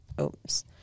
oops